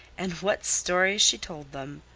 and what stories she told them!